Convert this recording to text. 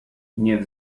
nie